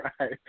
right